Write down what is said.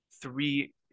three